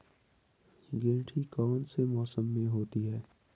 गेंठी कौन से मौसम में होती है?